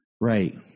Right